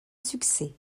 succès